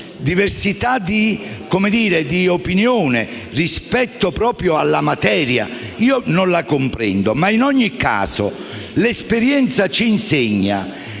diversità di opinione rispetto alla materia non la comprendo. Ma, in ogni caso, l'esperienza ci insegna